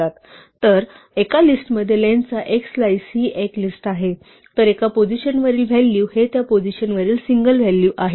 तर एका लिस्टमध्ये लेंग्थचा एक स्लाइस ही एक लिस्ट आहे तर एका पोझिशनवरील व्हॅल्यू हे त्या पोझिशनवरील सिंगल व्हॅल्यू आहे